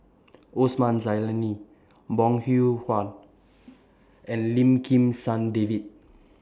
Osman Zailani Bong Hiong Hwa and Lim Kim San David